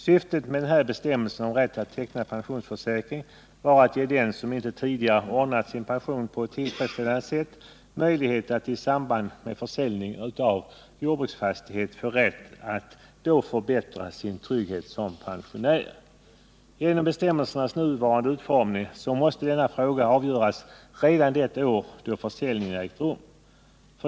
Syftet med bestämmelsen om rätt att teckna pensionsförsäkring var att ge dem, som inte tidigare ordnat sin pension på ett tillfredsställande sätt, möjlighet att i samband med försäljning av jordbruksfastighet förbättra sin trygghet som pensionär. Genom bestämmelsernas nuvarande utformning måste denna fråga avgöras redan det år då försäljningen äger rum.